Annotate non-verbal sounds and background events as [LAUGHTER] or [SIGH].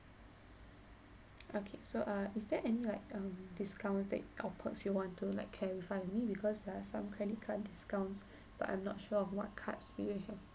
okay so err is there any like um discounts that or perks you want to like clarify with me because there are some credit card discounts [BREATH] but I'm not sure of what cards do you have